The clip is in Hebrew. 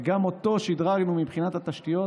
גם אותו שדרגנו מבחינת התשתיות,